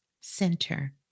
center